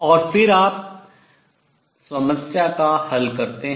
और फिर आप समस्या का हल करते हैं